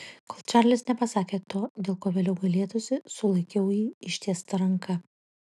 kol čarlis nepasakė to dėl ko vėliau gailėtųsi sulaikiau jį ištiesta ranka